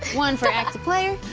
one for active player.